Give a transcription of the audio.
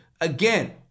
Again